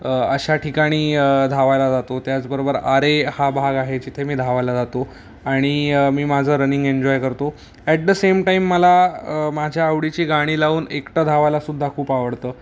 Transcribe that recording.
अशा ठिकाणी धावायला जातो त्याचबरोबर आर ए हा भाग आहे जिथे मी धावायला जातो आणि मी माझं रनिंग एन्जॉय करतो ॲट द सेम टाईम मला माझ्या आवडीची गाणी लावून एकटं धावायलासुद्धा खूप आवडतं